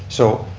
so,